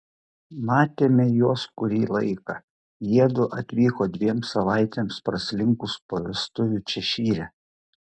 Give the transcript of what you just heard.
matėme juos kurį laiką jiedu atvyko dviem savaitėms praslinkus po vestuvių češyre